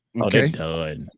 Okay